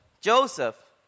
Joseph